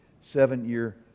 seven-year